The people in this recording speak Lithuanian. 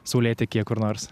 saulėtekyje kur nors